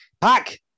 Pack